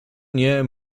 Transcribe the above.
nie